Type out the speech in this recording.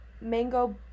mango